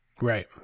Right